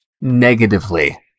negatively